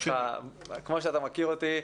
כמו שאתה מכיר אותי,